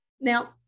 Now